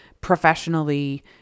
professionally